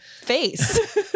face